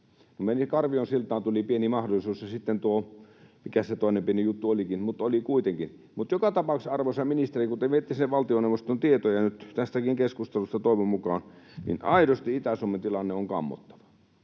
Karvion siltaan tuli pieni mahdollisuus, ja sitten tuohon, mikä se toinen pieni juttu olikaan mutta oli kuitenkin. Mutta joka tapauksessa, arvoisa ministeri, kun te viette sinne valtioneuvostoon tietoja nyt tästäkin keskustelusta toivon mukaan, niin aidosti Itä-Suomen tilanne on kammottava.